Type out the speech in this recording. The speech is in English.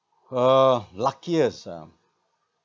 uh luckiest ah